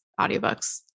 audiobooks